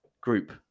group